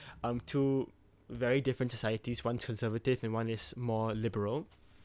um two very different societies one conservative and one is more liberal